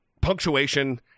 punctuation